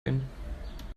denen